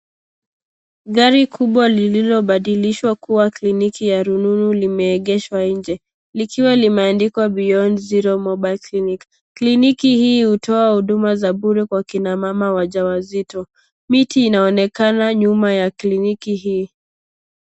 Gari kubwa lililobadilishwa kuwa kliniki ya rununu limeegeshwa nje, likiwa limeandikwa beyond zero mobile clinic. Kliniki hii hutoa huduma za bure kwa kina mama waja wazito. Miti inaonekana nyuma ya kliniki hii.